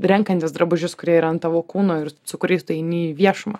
renkantis drabužius kurie yra ant tavo kūno ir su kuriais tu eini į viešumą